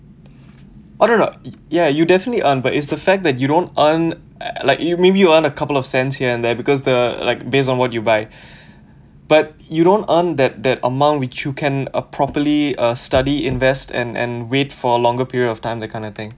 oh no no ya you definitely earn but it's the fact that you don't earn like you maybe you want a couple of cents here and there because the like based on what you buy but you don't earn that that amount which you can properly uh study invest and and wait for a longer period of time that kind of thing